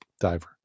diver